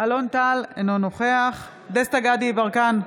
אלון טל, אינו נוכח דסטה גדי יברקן,